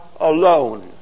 alone